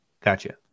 Gotcha